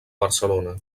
barcelona